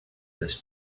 this